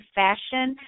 fashion